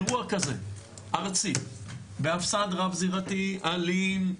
באירוע כזה ארצי בהפס"ד רב זירתי אלים,